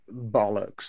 bollocks